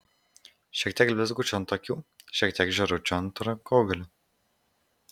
šiek tiek blizgučių ant akių šiek tiek žėručių ant rankogalių